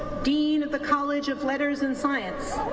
dean of the college of letters and science